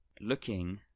looking